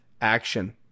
action